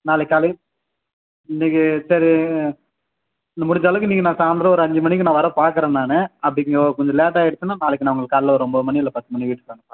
நாளை காலை இன்னைக்கி சரி முடிஞ்சளவுக்கு இன்னைக்கி நான் சாயந்தரம் அஞ்சு மணிக்கு வரப் பாக்கிறேன் நான் அப்படி கொஞ்சம் லேட்டாக ஆயிடுச்சுனா நாளைக்கு உங்களுக்கு காலையில் ஒரு ஒம்போது மணி இல்லை பத்து மணிக்கு வீட்டுக்கு வந்து பாக்கிறேன்